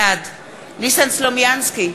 בעד ניסן סלומינסקי,